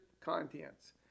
contents